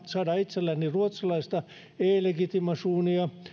saada itselleni ruotsalaista e legitimationia